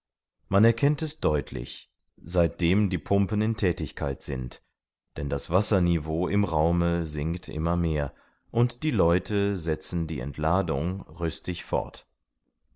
man erkennt es deutlich seitdem die pumpen in thätigkeit sind denn das wasserniveau im raume sinkt immer mehr und die leute setzen die entladung rüstig fort